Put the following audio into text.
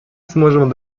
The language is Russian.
сможем